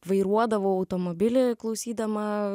vairuodavau automobilį klausydama